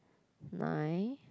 my